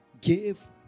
give